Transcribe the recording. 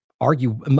argue